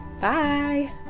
bye